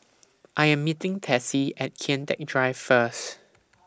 I Am meeting Tessie At Kian Teck Drive First